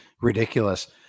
ridiculous